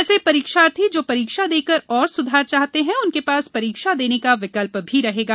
ऐसे परीक्षार्थी जो परीक्षा देकर और सुधार चाहते हैं उनके पास परीक्षा देने का विकल्प भी रहेगा